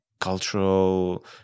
cultural